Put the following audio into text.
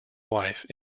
wife